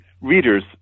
readers